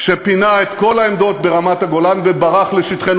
שפינה את כל העמדות ברמת-הגולן וברח לשטחנו.